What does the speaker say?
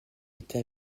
été